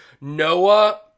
Noah